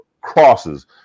crosses